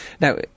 Now